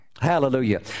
Hallelujah